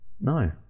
No